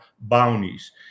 bounties